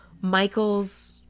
Michael's